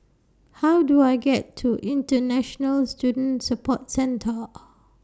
How Do I get to International Student Support Centre